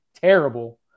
terrible